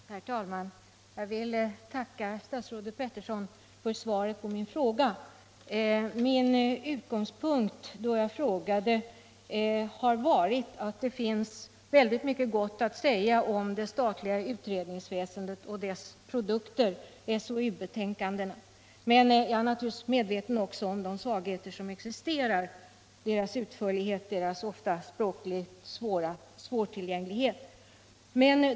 Herr talman! Jag vill tacka statsrådet Peterson för svaret på min fråga. Min utgångspunkt då jag frågade var att det finns mycket gott att säga om det statliga utredningsväsendet och dess produkter SOU-betänkandena. Men jag är också medveten om de svagheter som existerar: betänkandenas utförlighet och deras ofta språkliga svårtillgänglighet.